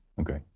Okay